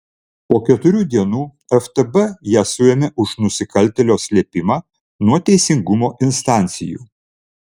po keturių dienų ftb ją suėmė už nusikaltėlio slėpimą nuo teisingumo instancijų